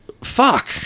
fuck